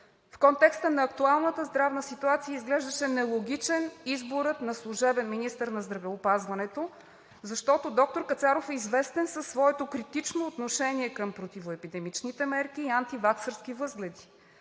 В контекста на актуалната здравна ситуация изглеждаше нелогичен изборът на служебен министър на здравеопазването, защото доктор Кацаров е известен със своето критично отношение към противоепидемичните мерки и антиваксърски възгледи.